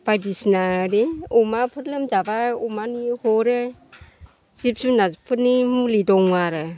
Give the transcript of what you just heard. बायदिसिना बै अमाफोर लोमजाब्ला अमानि हरो जिब जुनारफोरनि मुलि दंङ आरो